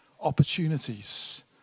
Opportunities